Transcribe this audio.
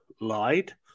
lied